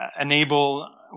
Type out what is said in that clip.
enable